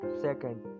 Second